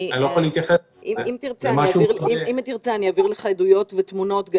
אם תרצה, אעביר לך עדויות ותמונות.